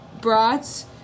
brats